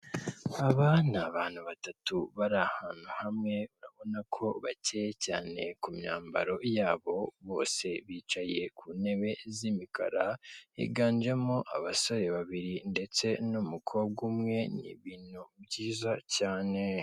Aba ni abantu batatu bari ahantu hamwe urabona ko bakeya cyane ku myambaro yabo bose bicaye ku ntebe z'imikara, higanjemo abasore babiri ndetse n'umukobwa umwe ni ibintu byiza cyane.